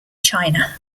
china